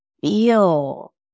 feel